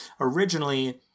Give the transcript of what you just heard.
originally